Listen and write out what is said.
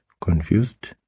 confused